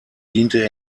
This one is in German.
diente